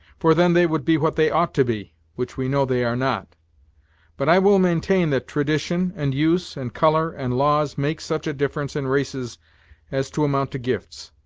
for then they would be what they ought to be which we know they are not but i will maintain that tradition, and use, and color, and laws, make such a difference in races as to amount to gifts.